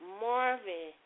Marvin